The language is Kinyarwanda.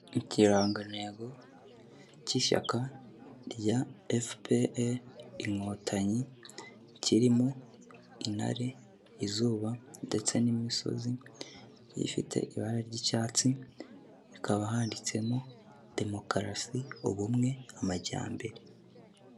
Ikirangantego cy'ishyaka rya FPR inkotanyi, kirimo intare, izuba ndetse n'imisozi, rifite ibara ry'icyatsi, hakaba handitsemo demokarasi, ubumwe, amajyambere.